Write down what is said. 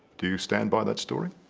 do you stand by that story?